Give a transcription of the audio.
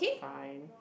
fine